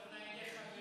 משוררי הרצפה.